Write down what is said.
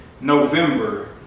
November